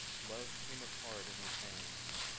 love came apart in his hands.